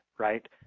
right